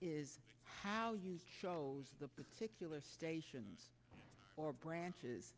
is how you chose the particular station or branches